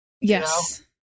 Yes